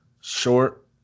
short